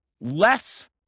less